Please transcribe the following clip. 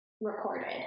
recorded